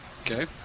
Okay